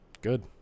Good